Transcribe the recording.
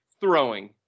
throwing